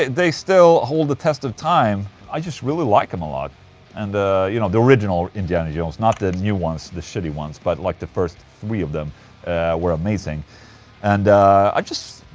they still hold the test of time i just really like them a lot and the you know the original indiana jones, not the new ones, the shitty ones, but like the first three of them were amazing and i just.